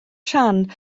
rhan